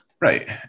Right